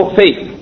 faith